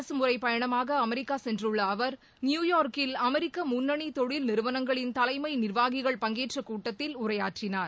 அரசு முறைப்பயணமாக அமெரிக்கா சென்றுள்ள அவர் நியூயார்க்கில் அமெரிக்க முன்னணி தொழில் நிறுவனங்களின் தலைமை நிர்வாகிகள் பங்கேற்ற கூட்டத்தில் உரையாற்றினார்